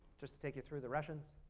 just to take you through the russians,